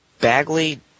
Bagley